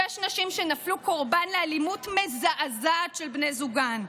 שש נשים שנפלו קורבן לאלימות מזעזעת של בני זוגן.